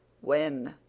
when?